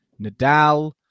Nadal